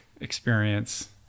experience